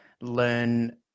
learn